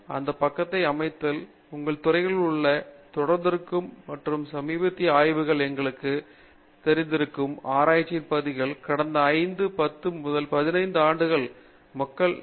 ஆனால் அந்த பக்கத்தை அமைத்தல் உங்கள் துறைகளில் உள்ளவர்கள் தொடர்ந்திருக்க வேண்டும் என்று சமீபத்திய ஆய்வுகளில் உங்களுக்குத் தெரிந்திருக்கும் ஆராய்ச்சியின் பகுதிகள் கடந்த 5 10 அல்லது 15 ஆண்டுகளில் மக்கள் நீண்ட காலத்திற்குள் தொடர்கிறார்கள்